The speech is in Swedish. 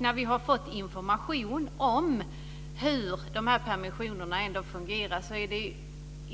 När vi har fått information om hur permissionerna ändå fungerar ser vi att det